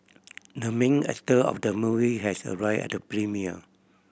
the main actor of the movie has arrived at the premiere